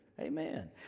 Amen